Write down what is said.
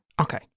okay